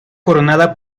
coronada